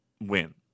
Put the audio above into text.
win